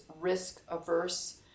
risk-averse